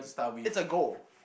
it's a goal